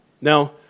Now